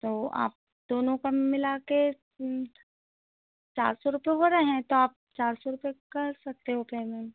तो आप दोनों का मिला के चार सौ रुपए हो रहे हैं तो आप चार सौ रुपए कर सकते हो पेमेंट